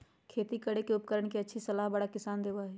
खेती करे के उपकरण के अच्छी सलाह बड़ा किसान देबा हई